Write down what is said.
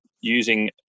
using